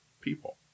people